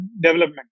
development